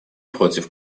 против